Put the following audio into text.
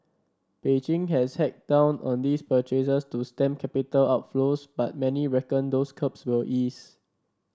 Beijing has cracked down on these purchases to stem capital outflows but many reckon those curbs will ease